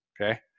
okay